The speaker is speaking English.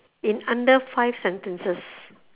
in under five sentences